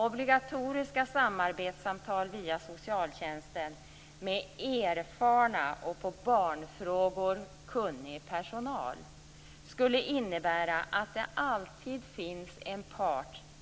Obligatoriska samarbetssamtal via socialtjänsten, med erfaren och i barnfrågor kunnig personal, skulle innebära att det alltid finns